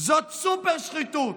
זו סופר-שחיתות,